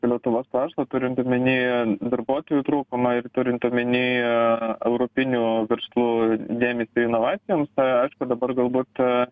lietuvos verslą turint omeny darbuotojų trūkumą ir turint omeny europinių verslų dėmesį inovacijoms aišku dabar galbūt